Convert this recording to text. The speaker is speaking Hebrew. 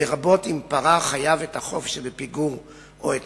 לרבות אם פרע החייב את החוב שבפיגור או את